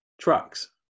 trucks